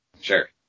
sure